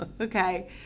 Okay